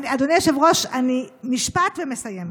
אדוני היושב-ראש, משפט ואני מסיימת.